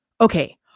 okay